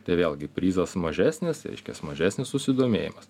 tai vėlgi prizas mažesnis reiškias mažesnis susidomėjimas